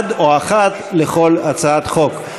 אחד, או אחת, לכל הצעת חוק.